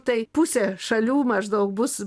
tai pusė šalių maždaug bus